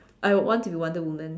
I would want to be Wonder Woman